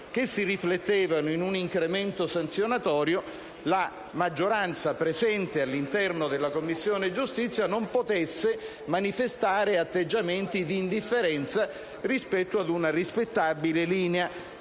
che si riflettevano in un incremento sanzionatorio, la maggioranza presente all'interno della Commissione giustizia non potesse manifestare atteggiamenti di indifferenza rispetto ad una rispettabile linea